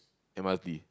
m_r_t